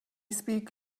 speak